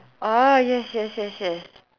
orh yes yes yes